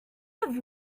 have